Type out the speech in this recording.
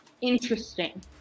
interesting